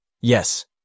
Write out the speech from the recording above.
yes